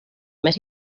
més